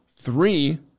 Three